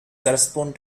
correspond